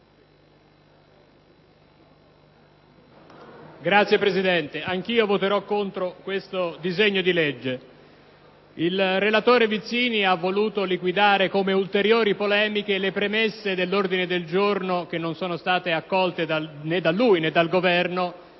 Signor Presidente, anch'io voterò contro il disegno di legge in esame. Il relatore Vizzini ha voluto liquidare come ulteriori polemiche le premesse dell'ordine del giorno G100, che non sono state accolte né da lui né dal Governo